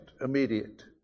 immediate